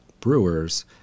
brewers